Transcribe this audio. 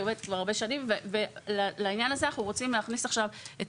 היא מערכת שעובדת הרבה שנים ולעניין הזה אנחנו רוצים להכניס עכשיו את